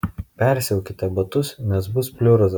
persiaukite batus nes bus pliurza